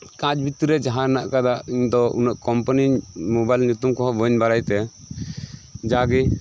ᱠᱟᱸᱪ ᱵᱷᱤᱛᱤᱨ ᱨᱮ ᱡᱟᱦᱟᱸ ᱦᱮᱱᱟᱜ ᱟᱠᱟᱫᱟ ᱤᱧᱫᱚ ᱩᱱᱟᱹᱜ ᱠᱚᱢᱯᱟᱹᱱᱤ ᱢᱳᱵᱟᱭᱤᱞ ᱧᱩᱛᱩᱢ ᱠᱚᱦᱚᱸ ᱵᱟᱹᱧ ᱵᱟᱲᱟᱭᱛᱮ ᱡᱟᱜᱮ